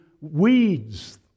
weeds